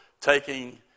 taking